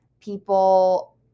people